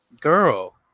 girl